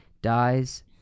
Dies